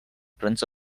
prince